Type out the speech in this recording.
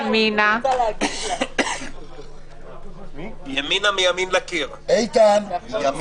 אנחנו משתמשים בכלים יותר מתוחכמים של בדיקת ההיענות באמצעות